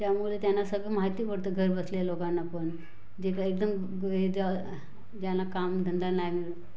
त्यामुळे त्यांना सगळं माहिती पडतं घरबसल्या लोकांना पण जे काय एकदम हे ज ज्यांना कामधंदा नाही मिळत